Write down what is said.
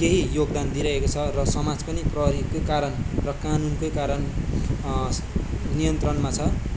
केही योगदान दिइरहेको छ र समाज पनि प्रहरीकै कारण र कानूनकै कारण नियन्त्रनमा छ